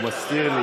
להסיר את